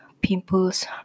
pimples